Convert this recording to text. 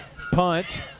punt